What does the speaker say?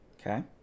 Okay